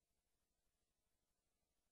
בסדר.